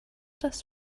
das